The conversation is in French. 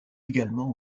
également